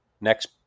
next